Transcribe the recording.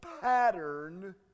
pattern